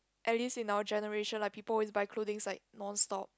at least in our generation like people always buy clothings like non stop